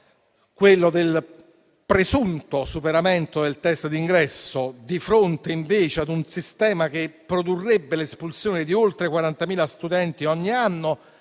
quello del presunto superamento del test d'ingresso, di fronte a un sistema che produrrebbe l'espulsione di oltre 40.000 studenti ogni anno,